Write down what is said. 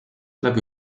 tuleb